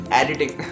editing